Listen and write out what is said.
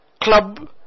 club